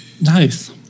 Nice